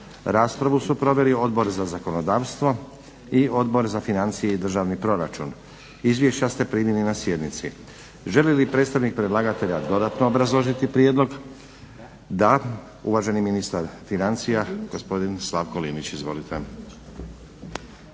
Raspravu su proveli Odbor za zakonodavstvo i Odbor za financije i državni proračun. Izvješća ste primili na sjednici. Želi li predstavnik predlagatelja dodatno obrazložiti prijedlog? Da. Uvaženi ministar financija gospodin Slavko Linić. Izvolite.